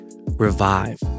revive